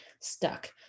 stuck